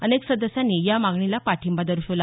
अनेक सदस्यांनी या मागणीला पाठिंबा दर्शवला